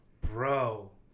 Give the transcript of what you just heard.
Bro